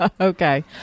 Okay